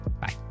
Bye